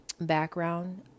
background